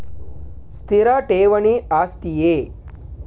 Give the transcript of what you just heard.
ಸ್ಥಿರ ಠೇವಣಿ ಆಸ್ತಿಯೇ?